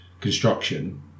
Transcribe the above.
construction